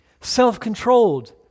self-controlled